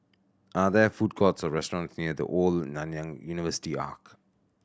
are there food courts or restaurants near The Old Nanyang University Arch